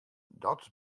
dat